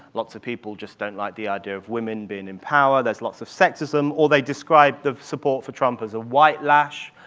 lots of people just don't like the idea of women being in power. there's lots of sexism. or, they describe the support for trump as a white-lash,